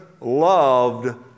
loved